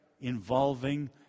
involving